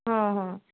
हां हां